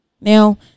Now